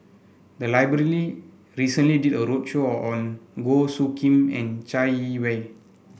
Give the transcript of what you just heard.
the library recently did a roadshow on Goh Soo Khim and Chai Yee Wei